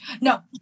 No